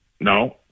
No